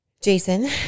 Jason